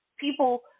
people